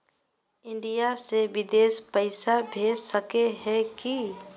India से बिदेश पैसा भेज सके है की?